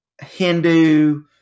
Hindu